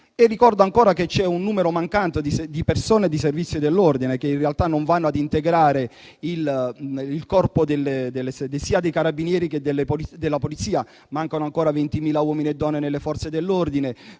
Ricordo ancora che c'è un numero mancante di persone in servizio nelle Forze dell'ordine che in realtà non vanno a integrare il corpo dei Carabinieri e quello della Polizia. Mancano ancora infatti 20.000 uomini e donne nelle Forze dell'ordine.